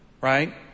Right